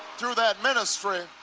through that ministry,